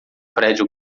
prédio